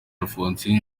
alphonsine